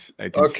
Okay